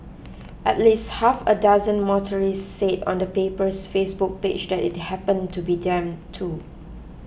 at least half a dozen motorists said on the paper's Facebook page that it happened to be them too